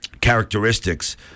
characteristics